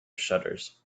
shutters